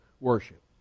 worship